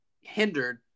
hindered